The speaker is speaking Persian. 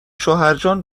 شوهرجان